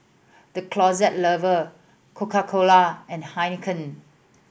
The Closet Lover Coca Cola and Heinekein